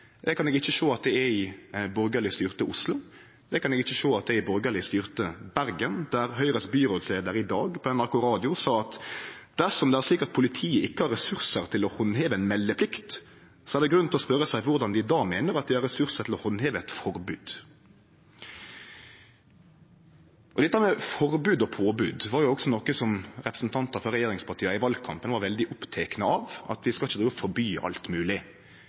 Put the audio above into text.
eg ikkje sjå at det er i borgarleg styrte Oslo, det kan eg ikkje sjå at det er i borgarleg styrte Bergen, der Høgres byrådsleiar i dag på NRK Radio sa at dersom det er slik at politiet ikkje har ressursar til å handheve ei meldeplikt, er det grunn til å spørje seg korleis dei då meiner at dei har ressursar til å handheve eit forbod. Dette med forbod og påbod var også noko som representantar frå regjeringspartia i valkampen var veldig opptekne av, at vi ikkje skal drive og forby alt